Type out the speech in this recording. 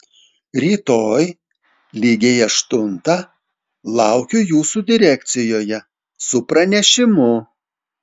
rytoj lygiai aštuntą laukiu jūsų direkcijoje su pranešimu